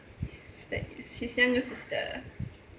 yes that is xi xian new sister